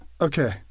Okay